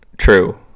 True